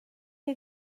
neu